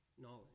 knowledge